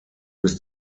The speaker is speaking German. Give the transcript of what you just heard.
bis